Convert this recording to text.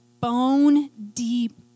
bone-deep